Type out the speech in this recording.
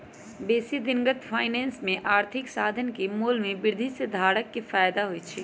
बेशी दिनगत फाइनेंस में आर्थिक साधन के मोल में वृद्धि से धारक के फयदा होइ छइ